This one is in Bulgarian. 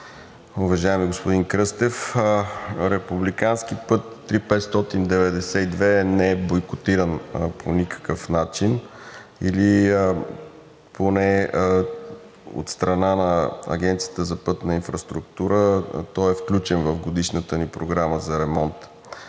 уважаеми господин Кръстев, републикански път III-592 не е бойкотиран по никакъв начин или поне от страна на Агенция „Пътна инфраструктура“. Той е включен в годишната ни програма за ремонт,